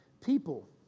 people